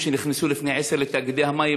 שנכנסו לפני עשר שנים לתאגידי המים.